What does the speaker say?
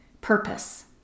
purpose